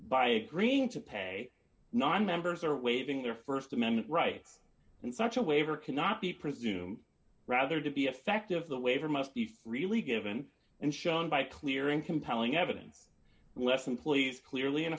by agreeing to pay nonmembers or waving their st amendment rights in such a waiver cannot be presumed rather to be effective the waiver must be really given and shown by clear and compelling evidence left employees clearly